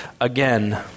again